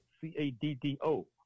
C-A-D-D-O